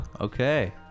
Okay